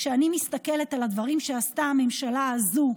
כשאני מסתכלת על הדברים שעשתה הממשלה הזו,